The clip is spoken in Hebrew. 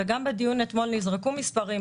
וגם בדיון אתמול נזרקו מספרים,